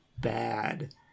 bad